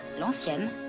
l'ancienne